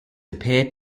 appeared